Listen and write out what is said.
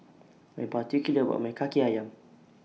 I'm particular about My Kaki Ayam